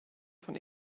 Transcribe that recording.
von